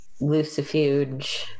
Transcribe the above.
Lucifuge